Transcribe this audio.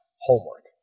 homework